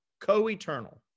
co-eternal